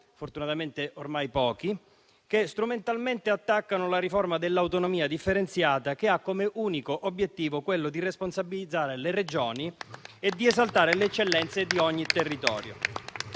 fortunatamente ormai pochi, che strumentalmente attaccano la riforma dell'autonomia differenziata che ha come unico obiettivo quello di responsabilizzare le Regioni e di esaltare le eccellenze di ogni territorio.